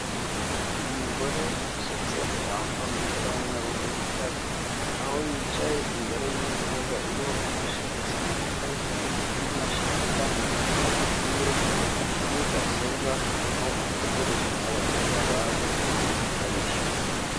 Umugore usutse wambaye umupira w'umweru uriho uturabyo aho yicaye imbere y'imeza iriho imashini isoma amakayi n'imashini itanga fagitire na mudasobwa aho ategereje ko abakiriya baza akabishyuza.